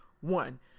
one